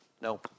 no